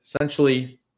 essentially